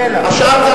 אני מקבל.